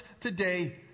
today